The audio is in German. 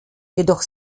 jedoch